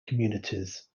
communities